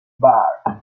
back